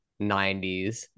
90s